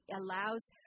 allows